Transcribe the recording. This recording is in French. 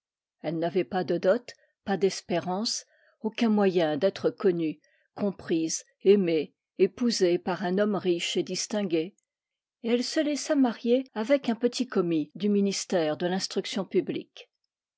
elle n'avait pas de dot pas d'espérances aucun moyen d'être connue comprise aimée épousée par un homme riche et distingué et elle se laissa marier avec un petit commis du ministère de l'instruction publique